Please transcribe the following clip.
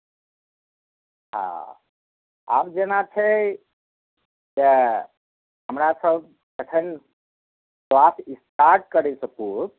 हँ आब जेना छै तऽ हमरासभ एखनि क्लास स्टार्ट करैसँ पूर्व